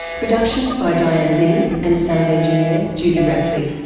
production by diane dean and sound engineer judy rapley.